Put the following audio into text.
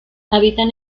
habitan